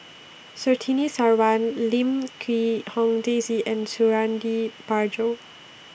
Surtini Sarwan Lim Quee Hong Daisy and Suradi Parjo